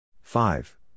Five